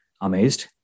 amazed